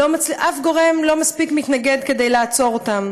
אף גורם לא מספיק מתנגד כדי לעצור אותם.